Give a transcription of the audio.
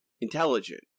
intelligent